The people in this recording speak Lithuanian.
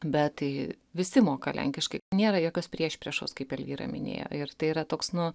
bet tai visi moka lenkiškai nėra jokios priešpriešos kaip elvyra minėjo ir tai yra toks nu